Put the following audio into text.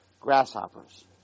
grasshoppers